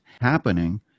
happening